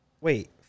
Wait